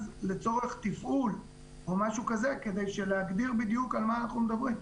לצורך תפעול או משהו כזה כדי להגדיר בדיוק על מה אנחנו מדברים.